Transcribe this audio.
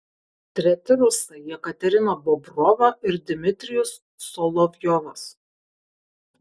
treti rusai jekaterina bobrova ir dmitrijus solovjovas